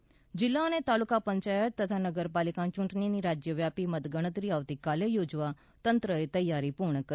ૈ જિલ્લા અને તાલુકા પંચાયત તથા નગરપાલિકા ચૂંટણીની રાજ્યવ્યાપી મતગણતરી આવતીકાલે યોજવા તંત્રએ તૈયારી પુર્ણ કરી